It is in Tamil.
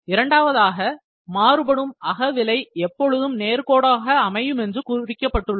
இரண்டாவதாக மாறுபடும் அகவிலை எப்பொழுதும் நேர்கோடாக அமையுமென்று குவிக்கப்பட்டுள்ளது